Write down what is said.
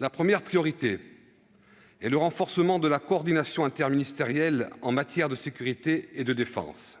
La première priorité est le renforcement de la coordination interministérielle en matière de sécurité et de défense.